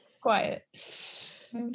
quiet